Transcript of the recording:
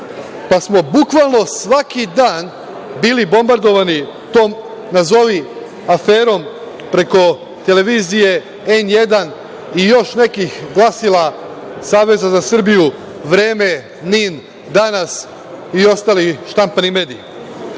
pa smo bukvalno svaki dan bili bombardovani tom nazovi aferom preko televizije N1 i još nekih glasila Saveza za Srbiju - „Vreme“, NIN, „Danas“ i ostali štampani mediji. Dakle,